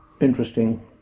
interesting